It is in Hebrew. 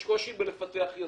יש קושי בפיתוח יזמות.